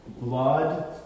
Blood